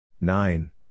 nine